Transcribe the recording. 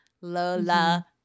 Lola